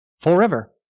forever